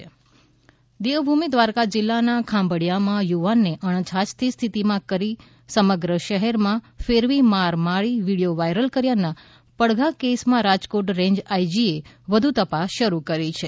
દેવભૂમિ દ્વારકા દેવભૂમિ દ્વારકા જિલ્લાના ખંભાળીયામાં યુવાનને અણછાજતી સ્થિતિમાં કરી સમગ્ર શહેરમાં ફેરવી માર મારી વિડિઓ વાયરલ કર્યાના પડધા કેસમા રાજકોટ રેન્જ આઈજીએ વધુ તપાસ શરૂ કરી છે